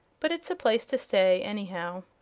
but it's a place to stay, anyhow.